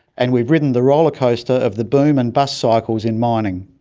and we've ridden the rollercoaster of the boom and bust cycles in mining.